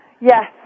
Yes